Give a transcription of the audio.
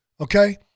Okay